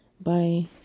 Bye